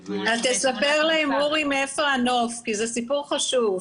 תספר להם אורי מהיכן הנוף, כי זה סיפור חשוב.